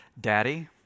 Daddy